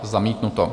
Zamítnuto.